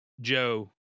Joe